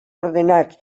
ordenats